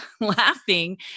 laughing